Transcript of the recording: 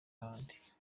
ahandi